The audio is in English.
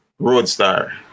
Roadstar